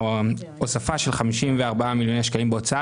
ההוספה של 54 מיליוני שקלים בהוצאה,